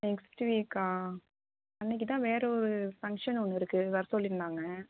next வீக்கா அன்றைக்கி தான் வேறு ஒரு ஃபங்க்ஷன் ஒன்று இருக்குது வர சொல்லியிருந்தாங்க